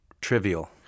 trivial